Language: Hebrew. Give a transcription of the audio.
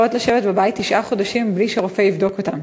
יכולות לשבת בבית תשעה חודשים בלי שרופא יבדוק אותן.